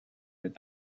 mit